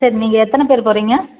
சரி நீங்கள் எத்தனை பேர் போகிறீங்க